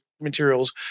materials